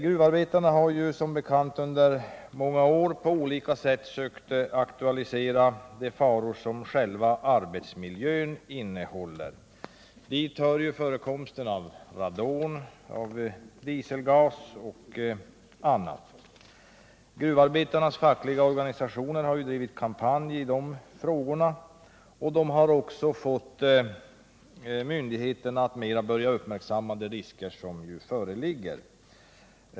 Gruvarbetarna har som bekant under många år på olika sätt sökt aktualisera de faror som själva arbetsmiljön innehåller. Dit hör förekomsten av radon, dieselgas m.m. Gruvarbetarnas fackliga organisationer har drivit kampanj i frågan och även fått myndigheterna att mera börja uppmärksamma de risker som föreligger.